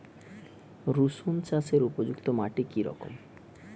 রুসুন চাষের উপযুক্ত মাটি কি রকম?